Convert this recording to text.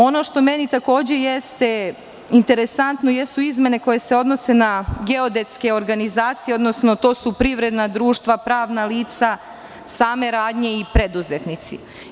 Ono što meni takođe jeste interesantno jesu izmene koje se odnose na geodetske organizacije, odnosno to su privredna društva, pravna lica, same radnje i preduzetnici.